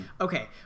okay